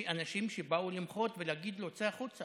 אחרי שחברי סיעת ישראל ביתנו יצאו החוצה